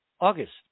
August